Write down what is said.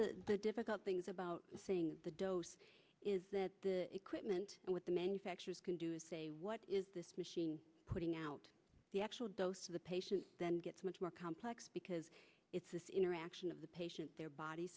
of the difficult things about saying the dos is that the equipment with the manufacturers can do is say what is this machine putting out the actual dose to the patient then gets much more complex because it's this interaction of the patient their body